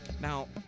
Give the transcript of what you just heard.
Now